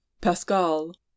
Pascal